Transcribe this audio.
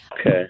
Okay